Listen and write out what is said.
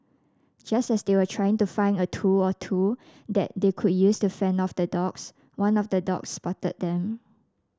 just as they were trying to find a tool or two that they could use to fend off the dogs one of the dogs spotted them